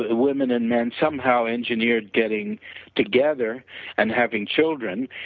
ah women and men somehow engineered getting together and having children.